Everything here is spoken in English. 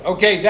Okay